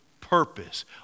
purpose